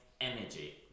energy